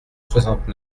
soixante